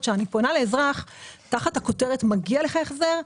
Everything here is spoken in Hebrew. שכשאני פונה לאזרח תחת הכותרת מגיע לך החזר,